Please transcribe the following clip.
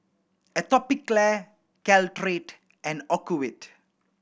Atopiclair Caltrate and Ocuvite